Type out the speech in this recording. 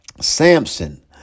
samson